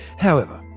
however,